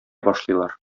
башлыйлар